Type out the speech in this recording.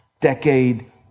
decade